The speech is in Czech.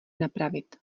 napravit